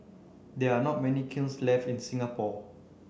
there are not many kilns left in Singapore